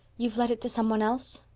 you've let it to some one else?